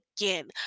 again